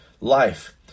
life